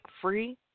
free